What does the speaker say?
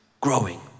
growing